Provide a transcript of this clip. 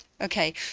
Okay